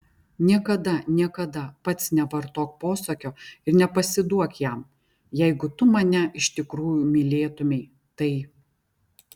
niekada niekada pats nevartok posakio ir nepasiduok jam jeigu tu mane iš tikrųjų mylėtumei tai